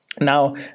Now